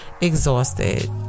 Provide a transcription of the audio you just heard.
exhausted